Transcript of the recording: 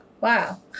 wow